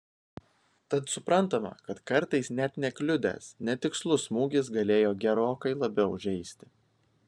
tad suprantama kad kartais net nekliudęs netikslus smūgis galėjo gerokai labiau žeisti